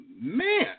Man